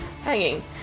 hanging